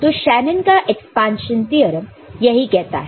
तो शेनन का expansion theorem यही कहता है